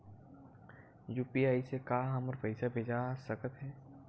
UPI से का हमर पईसा भेजा सकत हे?